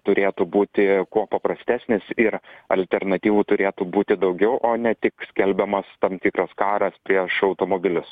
turėtų būti kuo paprastesnis ir alternatyvų turėtų būti daugiau o ne tik skelbiamas tam tikras karas prieš automobilius